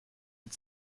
mit